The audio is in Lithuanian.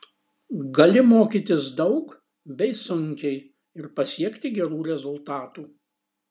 gali mokytis daug bei sunkiai ir pasiekti gerų rezultatų